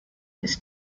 this